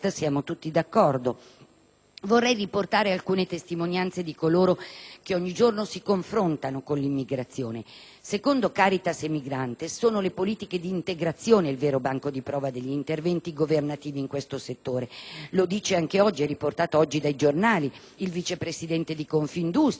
Vorrei riportare alcune testimonianze di coloro che ogni giorno si confrontano con l'immigrazione. Secondo Caritas e Migrantes sono le politiche di integrazione il vero banco di prova degli interventi governativi in questo settore. Lo dice anche oggi, ed è riportato dai giornali, la vice presidente di Confindustria Federica Guidi, quindi non una comunista,